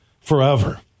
forever